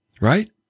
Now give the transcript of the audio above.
right